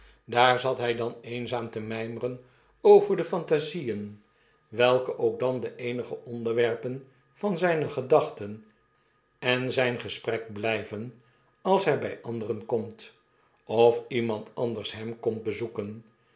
daar zat hij dan eenzaam te mymeren over de phantasieen welkeookdan de eenige onderwerpen van zyne gedachten en zyn gesprek blijven als hy by anderen komt of iemand anders hem komt bezoeken